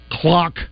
clock